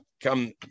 come